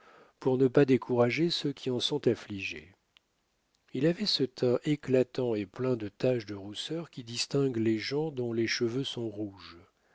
pour ne pas décourager ceux qui en sont affligés il avait ce teint éclatant et plein de taches de rousseur qui distingue les gens dont les cheveux sont rouges